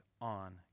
on